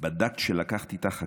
// בדקת שלקחת איתך הכול?